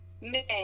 men